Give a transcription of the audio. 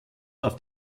auf